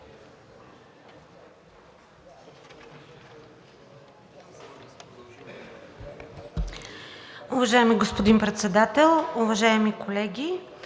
Уважаеми господин Председател, уважаеми колеги!